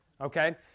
okay